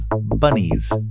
Bunnies